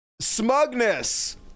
smugness